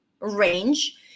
range